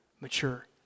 mature